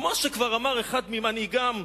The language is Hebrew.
כמו שאמר אחד ממנהיגיהם,